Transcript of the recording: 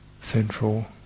central